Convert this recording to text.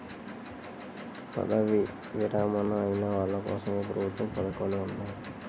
పదవీ విరమణ అయిన వాళ్లకోసం ఏ ప్రభుత్వ పథకాలు ఉన్నాయి?